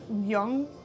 young